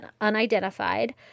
unidentified